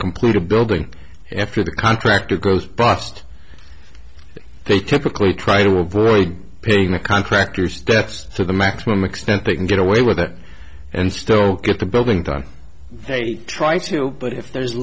complete a building after the contractor goes bust they typically try to avoid paying the contractors that's to the maximum extent they can get away with it and still get the building done they try to but if there's